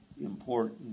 important